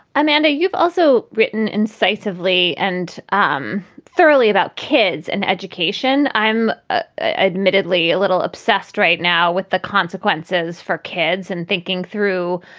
amanda, you've also written incisively and um thoroughly about kids and education. i'm admittedly a admittedly a little obsessed right now with the consequences for kids and thinking through,